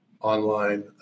online